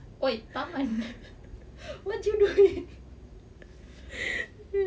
!oi! arman what you doing